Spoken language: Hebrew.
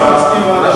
לא, לא, אין צורך.